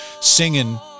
singing